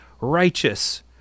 righteous